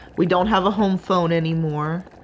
we don't have a home phone anymore.